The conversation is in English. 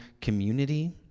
community